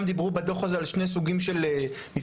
ובדוח הזה דיברו על שני סוגים של מפגשים,